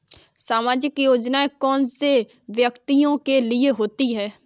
सामाजिक योजना कौन से व्यक्तियों के लिए होती है?